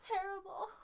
terrible